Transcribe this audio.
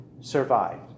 survived